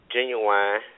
Genuine